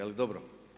Ali dobro.